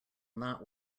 not